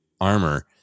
armor